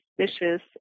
suspicious